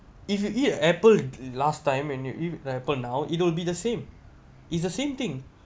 if you eat apple last time when you eat apple now it'll be the same it's the same thing